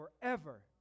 forever